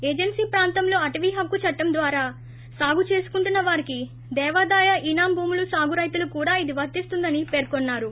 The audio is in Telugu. ఏజెన్సీ ప్రాంతంలో అటవీ హక్కు చట్టం పట్టా ద్వారా సాగు చేసుకుంటున్న వారికి దేవాదాయ ఇనాం భూములు సాగు రైతులకు కూడా ఇది వర్తిస్తుందని పేర్కొన్నారు